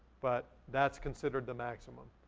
but that's considered the maximum.